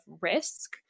risk